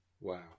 wow